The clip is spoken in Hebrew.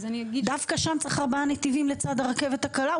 דווקא שם צריך ארבעה נתיבים לצד הרכבת הקלה?